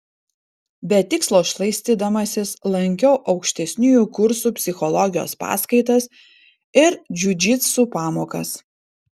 be tikslo šlaistydamasis lankiau aukštesniųjų kursų psichologijos paskaitas ir džiudžitsu pamokas